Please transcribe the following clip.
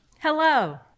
Hello